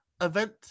event